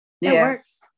Yes